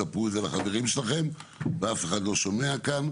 שתספרו את זה לחברים שלכם ואף אחד לא שומע כאן,